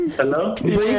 Hello